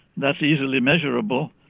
that's easily measurable,